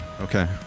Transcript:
Okay